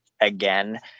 again